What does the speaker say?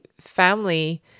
family